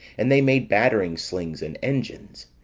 and they made battering slings and engines.